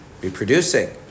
Reproducing